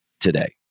today